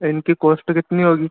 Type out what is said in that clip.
इनकी कोश्ट कितनी होगी